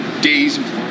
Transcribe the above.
days